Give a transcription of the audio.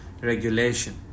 regulation